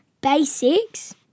Basics